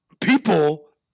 people